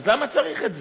אז למה צריך את זה?